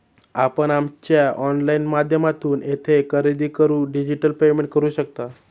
आपण आमच्या ऑनलाइन माध्यमातून येथे खरेदी करून डिजिटल पेमेंट करू शकता